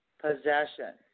possession